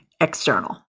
external